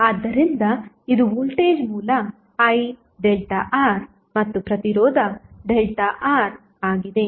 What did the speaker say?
ಆದ್ದರಿಂದ ಇದು ವೋಲ್ಟೇಜ್ ಮೂಲ IΔR ಮತ್ತು ಪ್ರತಿರೋಧ ΔR ಆಗಿದೆ